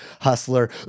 hustler